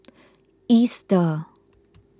Easter